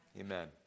Amen